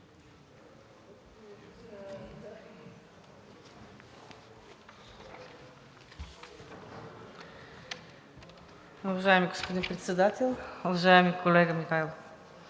Уважаеми господин Председател, уважаеми колега Михайлов!